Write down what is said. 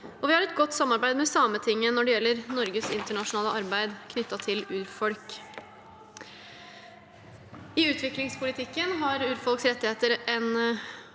vi har et godt samarbeid med Sametinget når det gjelder Norges internasjonale arbeid knyttet til urfolk. I utviklingspolitikken har urfolks rettigheter en